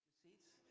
seats.